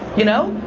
you know?